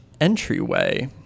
entryway